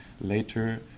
later